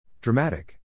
Dramatic